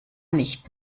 nicht